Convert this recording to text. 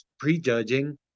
prejudging